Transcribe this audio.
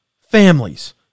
families